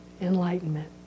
enlightenment